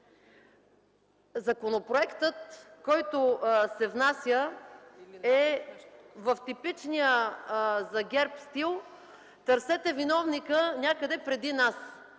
Законопроектът, който се внася, е в типичния за ГЕРБ стил: „Търсете виновника някъде преди нас